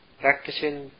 practicing